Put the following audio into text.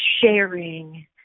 sharing